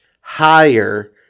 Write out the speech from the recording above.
higher